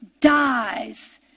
dies